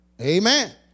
Amen